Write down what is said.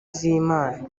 z’imana